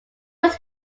was